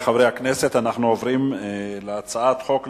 אם כך, אני קובע, אני מבקש להוסיף אותי.